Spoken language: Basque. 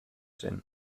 zen